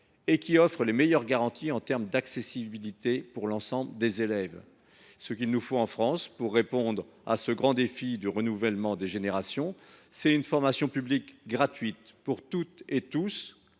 et qui offre les meilleures garanties en termes d’accessibilité pour l’ensemble des élèves. Ce qu’il faut à notre pays pour répondre au grand défi du renouvellement des générations, c’est une formation publique gratuite pour toutes et tous,